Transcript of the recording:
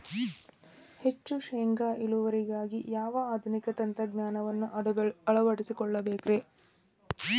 ಹೆಚ್ಚು ಶೇಂಗಾ ಇಳುವರಿಗಾಗಿ ಯಾವ ಆಧುನಿಕ ತಂತ್ರಜ್ಞಾನವನ್ನ ಅಳವಡಿಸಿಕೊಳ್ಳಬೇಕರೇ?